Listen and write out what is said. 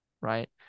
Right